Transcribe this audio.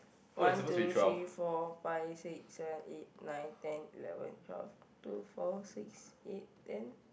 one two three four five six seven eight nine ten eleven twelve two four six eight ten